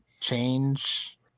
change